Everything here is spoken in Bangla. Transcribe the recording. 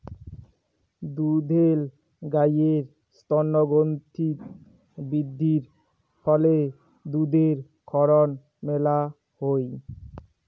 দুধেল গাইের স্তনগ্রন্থিত বৃদ্ধির ফলে দুধের ক্ষরণ মেলা হই